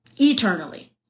eternally